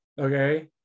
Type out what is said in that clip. okay